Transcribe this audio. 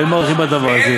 ואין מאריכין בדבר הזה.